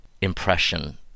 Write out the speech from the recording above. impression